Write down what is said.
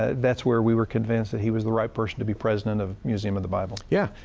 ah that's where we were convinced that he was the right person to be president of museum of the bible. yeah